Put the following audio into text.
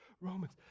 Romans